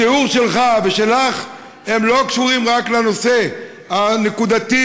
התיאור שלך ושלך לא קשורים רק לנושא הנקודתי,